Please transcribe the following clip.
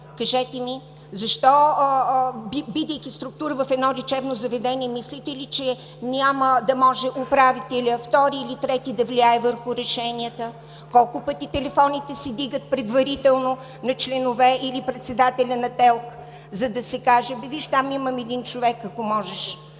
кажете ми? Защо, бидейки структура в едно лечебно заведение, мислите ли, че няма да може управителят – втори или трети, да влияе върху решенията? Колко пъти телефоните се вдигат предварително на членовете или председателя на ТЕЛК, за да се каже: „Абе, виж там, имам един човек, ако можеш...“